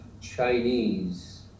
Chinese